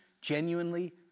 genuinely